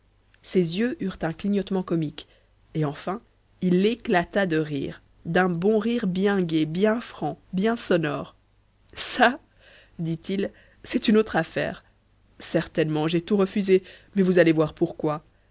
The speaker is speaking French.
ses yeux eurent un clignotement comique et enfin il éclata de rire d'un bon rire bien gai bien franc bien sonore ça dit-il c'est une autre affaire certainement j'ai tout refusé mais vous allez voir pourquoi